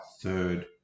third